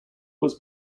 was